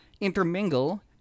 intermingle